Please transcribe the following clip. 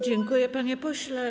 Dziękuję, panie pośle.